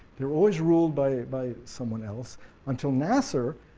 they were always ruled by by someone else until nasser